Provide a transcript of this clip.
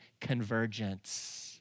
convergence